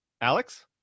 Alex